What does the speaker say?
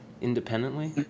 independently